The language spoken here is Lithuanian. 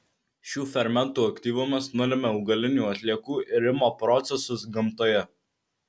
šių fermentų aktyvumas nulemia augalinių atliekų irimo procesus gamtoje